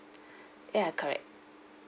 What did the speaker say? ya correct